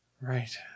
Right